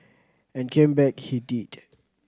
and came back he did